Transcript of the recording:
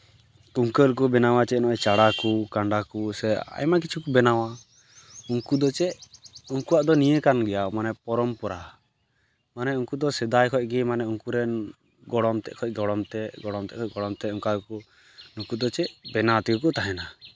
ᱠᱩᱝᱠᱟᱹᱞ ᱠᱚ ᱵᱮᱱᱟᱣᱟ ᱪᱮᱫ ᱱᱚᱜᱼᱚᱭ ᱪᱟᱲᱟ ᱠᱚ ᱠᱟᱸᱰᱟ ᱠᱚ ᱥᱮ ᱟᱭᱢᱟ ᱠᱤᱪᱷᱩ ᱠᱚ ᱵᱮᱱᱟᱣᱟ ᱩᱱᱠᱩ ᱫᱚ ᱪᱮᱫ ᱩᱱᱠᱩᱣᱟᱜ ᱫᱚ ᱱᱤᱭᱟᱹ ᱠᱟᱱ ᱜᱮᱭᱟ ᱯᱚᱨᱚᱢ ᱯᱚᱨᱟ ᱢᱟᱱᱮ ᱩᱱᱠᱩ ᱫᱚ ᱥᱮᱫᱟᱭ ᱠᱷᱚᱡ ᱜᱮ ᱢᱟᱱᱮ ᱩᱱᱠᱩ ᱨᱮᱱ ᱜᱚᱲᱚᱢ ᱛᱮᱜ ᱠᱷᱚᱡ ᱜᱚᱲᱚᱢ ᱛᱮᱜ ᱜᱚᱲᱚᱢ ᱛᱮᱜ ᱠᱷᱚᱡ ᱜᱚᱲᱚᱢ ᱛᱮᱜ ᱚᱱᱠᱟ ᱠᱚ ᱱᱩᱠᱩ ᱫᱚ ᱪᱮᱫ ᱵᱮᱱᱟᱣ ᱛᱮᱜᱮ ᱠᱚ ᱛᱟᱦᱮᱱᱟ